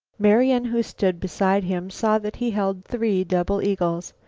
marian, who stood beside him, saw that he held three double eagles.